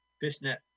fishnet